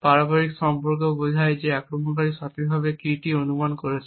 পারস্পরিক সম্পর্ক বোঝায় যে আক্রমণকারী সঠিকভাবে কীটি অনুমান করেছে